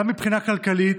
גם מבחינה כלכלית,